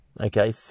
Okay